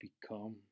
become